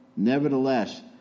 Nevertheless